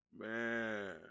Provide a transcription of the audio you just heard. Man